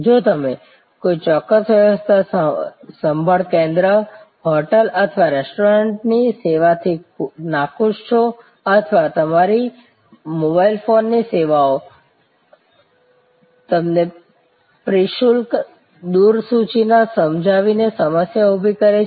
જો તમે કોઈ ચોક્કસસ્વસ્થ્ય સંભાળ કેન્દ્ર હોટેલ અથવા રેસ્ટોરન્ટની સેવાથી નાખુશ છો અથવા તમારી મોબાઈલ ફોન ની સેવા ઓ તમને પ્રેશુલ્ક દર સૂચિ ના સમજાવી ને સમસ્યા ઊભી કરે છે